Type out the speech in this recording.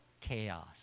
Chaos